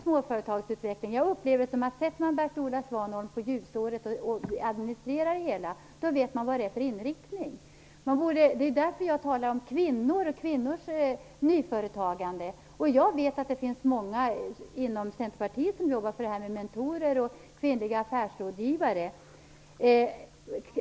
Sätter man Bert-Olov Svanholm på att administrera Ljusåret vet man vilken inriktningen är. Det är därför jag talar om kvinnor och kvinnors nyföretagande. Jag vet att det finns många inom Centerpartiet som jobbar för idéen med mentorer och kvinnliga affärsrådgivare.